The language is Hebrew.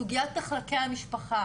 סוגיית מחלקי המשפחה.